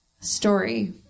story